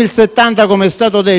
prescrivono prima